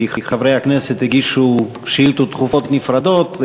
כי חברי הכנסת הגישו שאילתות דחופות נפרדות,